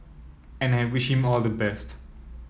and I wish him all the best